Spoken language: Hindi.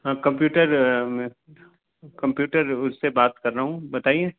हाँ कमप्युटर कमप्युटर उस से बात कर रहा हूँ बताइए